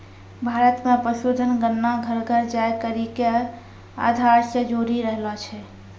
भारत मे पशुधन गणना घर घर जाय करि के आधार से जोरी रहलो छै